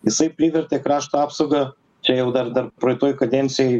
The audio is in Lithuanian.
jisai privertė krašto apsaugą čia jau dar dar praeitoj kadencijoj